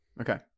okay